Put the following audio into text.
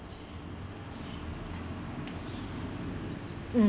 mm